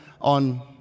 on